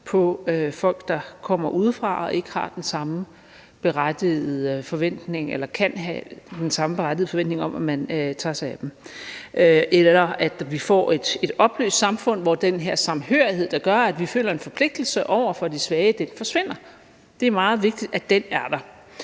på folk, der kommer udefra og ikke har den samme berettigede forventning eller kan have den samme berettigede forventning om, at man tager sig af dem, eller i stedet for at vi får et opløst samfund, hvor den her samhørighed, der gør, at vi føler en forpligtelse over for de svage, forsvinder. Det er meget vigtigt, at den er der.